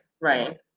right